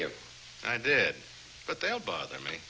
you i did but they don't bother me